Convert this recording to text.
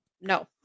No